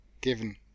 given